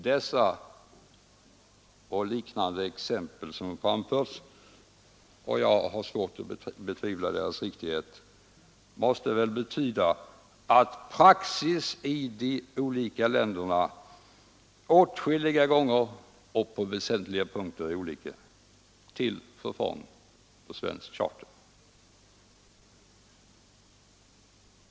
Dessa och liknande exempel som framförts — och jag har svårt att betvivla deras riktighet — måste väl betyda att praxis i de olika länderna åtskilliga gånger och på väsentliga punkter är olika, till förfång för svensk charter.